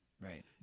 right